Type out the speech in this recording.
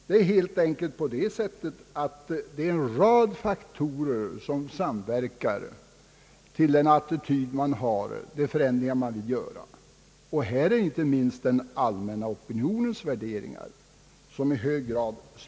Det är helt enkelt på det sättet att en rad faktorer samverkar till den attityd man har och ligger bakom de förändringar man vill göra. I detta sammanhang spelar inte minst den allmänna opinionens värderingar in i hög grad.